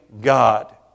God